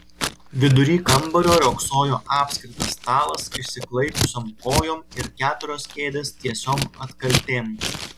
vidury kambario riogsojo apskritas stalas išsiklaipiusiom kojom ir keturios kėdės tiesiom atkaltėm